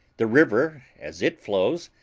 the river, as it flows,